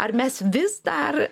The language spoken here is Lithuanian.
ar mes vis dar